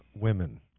women